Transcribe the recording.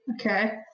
Okay